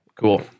cool